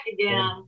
again